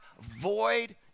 void